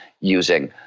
using